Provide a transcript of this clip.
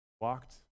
Walked